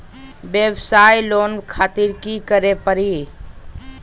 वयवसाय लोन खातिर की करे परी?